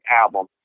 album